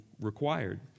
required